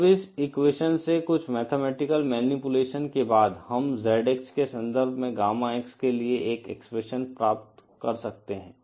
अब इस एक्वेशन से कुछ मैथमेटिकल मैनीपुलेशन के बाद हम ZX के संदर्भ में गामा X के लिए एक एक्सप्रेशन प्राप्त कर सकते हैं